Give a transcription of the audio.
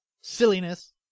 silliness